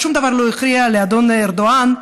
שום דבר לא הפריע לאדון ארדואן,